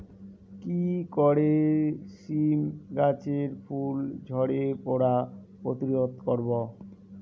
কি করে সীম গাছের ফুল ঝরে পড়া প্রতিরোধ করব?